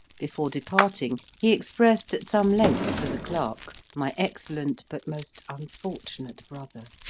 before depart ing, he expressed, at some length, to the clerk, my excellent but most unfortunate brother,